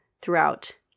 throughout